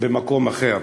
במקום אחר.